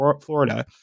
Florida